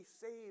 saved